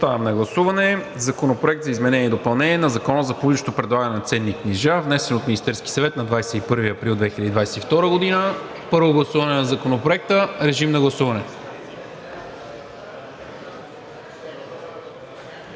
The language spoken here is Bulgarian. Поставям на гласуване Законопроекта за изменение и допълнение на Закона за публичното предлагане на ценни книжа, внесен от Министерския съвет на 21 април 2022 г., първо гласуване на Законопроекта. Гласували